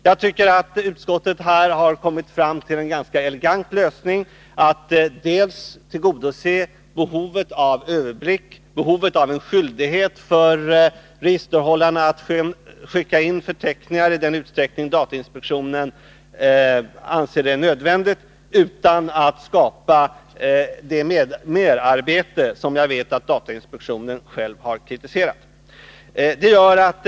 Jag tycker nog att utskottet här har kommit fram till en elegant lösning. Dels tillgodoses behovet av överblick, dels tillgodoses behovet av en skyldighet för registerhållarna att skicka in förteckningar i den utsträckning datainspektionen anser det nödvändigt, utan att skapa onödigt merarbete. Jag vet att datainspektionen själv har riktat kritik mot förslaget på just den punkten.